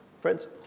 Friends